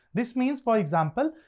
this means, for example,